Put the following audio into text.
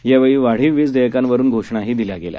यावेळी वाढीव वीज देयकांकवरून घोषणाही दिल्या गेल्या